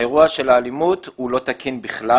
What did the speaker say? האירוע של האלימות הוא לא תקין בכלל.